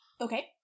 Okay